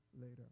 later